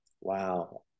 Wow